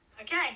Okay